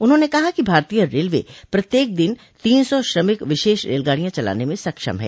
उन्होंने कहा कि भारतीय रेलवे प्रत्येक दिन तीन सौ श्रमिक विशेष रेलगाड़ियां चलाने में सक्षम है